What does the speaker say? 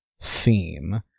theme